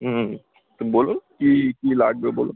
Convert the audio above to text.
হুম বলুন কী কী লাগবে বলুন